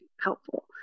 helpful